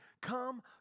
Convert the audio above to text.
come